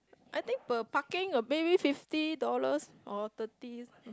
I think per parking maybe fifty dollars or thirty